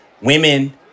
women